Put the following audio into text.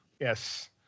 Yes